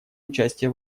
участие